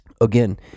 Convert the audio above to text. again